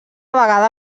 vegada